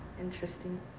interesting